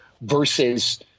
versus –